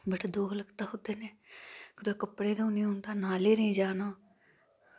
बड़ा दुख लगदा हा ओह्दै नै कुदै कपड़े धोने होन ता नाले रे जाना